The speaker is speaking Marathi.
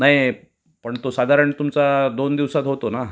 नाही पण तो साधारण तुमचा दोन दिवसात होतो ना